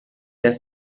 der